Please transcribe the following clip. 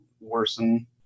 worsen